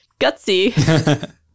gutsy